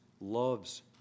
loves